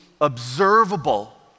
observable